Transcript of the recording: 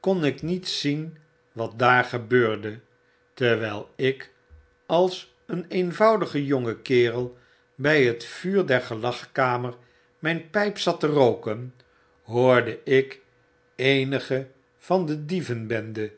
kon ik niet zien wat daar gebeurde terwyl ik als een eenvoudige jonge kerel by het vuur der gelagkamer myn pyp zat te rooken hoorde ik eenige van de dievenbende